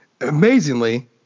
Amazingly